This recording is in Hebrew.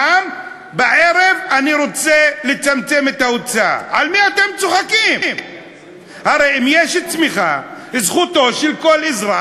להשתחרר בעסקה טובה גם אם יש לך תעודת זהות